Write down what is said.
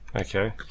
Okay